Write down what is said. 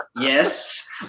Yes